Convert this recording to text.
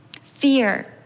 fear